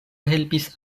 helpis